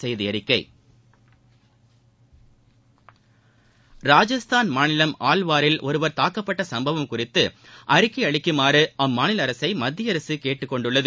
இது மிக்கியி ராஜஸ்தான் மாநிலம் ஆழ்வாரில் ஒருவர் தாக்கப்பட்ட சும்பவம் குறித்து அறிக்கை அளிக்குமாறு அம்மாநில அரசை மத்திய அரசு கேட்டுக் கொண்டுள்ளது